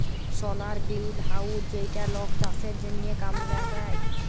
সলার greenhouse যেইটা লক চাষের জনহ কামে লাগায়